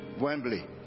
Wembley